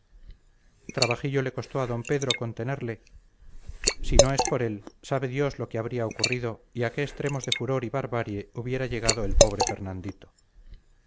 tremebundas trabajillo le costó a d pedro contenerle si no es por él sabe dios lo que habría ocurrido y a qué extremos de furor y barbarie hubiera llegado el pobre fernandito